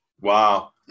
Wow